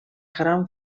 gran